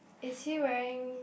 is he wearing